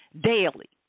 daily